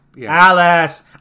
Alice